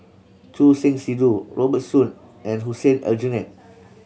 Choor Singh Sidhu Robert Soon and Hussein Aljunied